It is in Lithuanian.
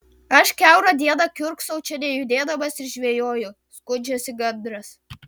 aš kiaurą dieną kiurksau čia nejudėdamas ir žvejoju skundžiasi gandras